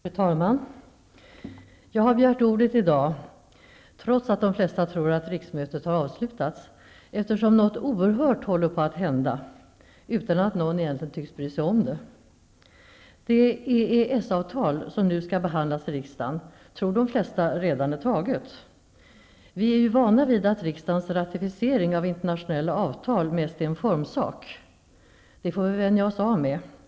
Fru talman! Jag har begärt ordet i dag, trots att de flesta tror att riksmötet avslutats, eftersom något oerhört håller på att hända utan att någon egentligen tycks bry sig om det. Det EES-avtal som nu skall behandlas i riksdagen tror de flesta redan är taget. Vi är vana vid att riksdagens ratificering av internationella avtal mest är en formsak. Vi får vänja oss av med det.